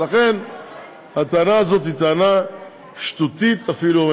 ולכן הטענה הזאת היא טענה שטותית אפילו,